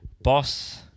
boss